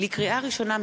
לקריאה ראשונה,